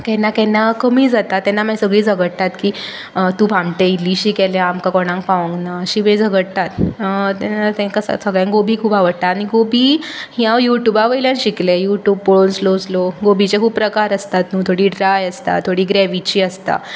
केन्ना केन्ना कमी जाता तेन्ना मागीर सगळीं झगडटात की तूं भामटें इल्लिशी केल्या आमकां कोणाक पावूंकना अशें तीं मागीर झगडटात तेन्ना तेंका सगळ्यांक गोबी खूब आवडटा आनी गोबी ही हांव यू ट्युबा वयल्यान शिकलें यू ट्यूब पळोवन स्लो स्लो गोबीचे खूब प्रकार आसतात थोडी ड्राय आसता थोडी ग्रेविची आसता